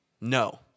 No